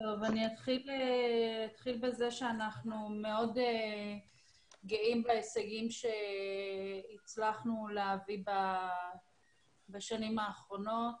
אני אתחיל בזה שאנחנו מאוד גאים בהישגים שהצלחנו להביא בשנים האחרונות,